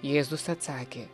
jėzus atsakė